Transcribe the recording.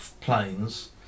planes